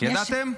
ידעתם?